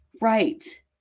Right